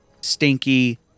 stinky